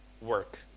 work